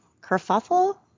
kerfuffle